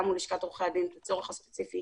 מול לשכת עורכי הדין את הצורך הספציפי